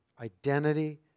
identity